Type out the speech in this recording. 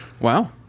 wow